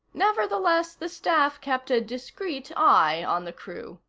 nevertheless, the staff kept a discreet eye on the crew.